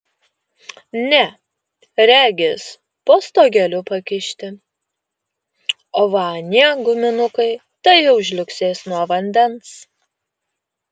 ne regis po stogeliu pakišti o va anie guminukai tai jau žliugsės nuo vandens